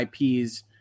IPs